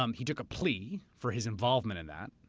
um he took a plea for his involvement in that,